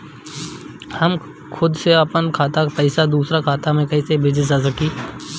हम खुद से अपना खाता से पइसा दूसरा खाता में कइसे भेज सकी ले?